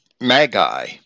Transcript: magi